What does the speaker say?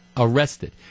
Arrested